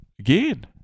Again